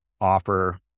offer